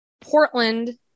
Portland